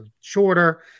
shorter